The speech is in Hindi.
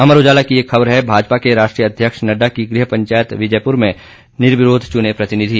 अमर उजाला की एक खबर है माजपा के राष्ट्रीय अध्यक्ष नड्डा की गृह पंचायत विजयपुर में निर्विरोध चुने प्रतिनिधि